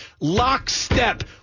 lockstep